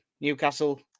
Newcastle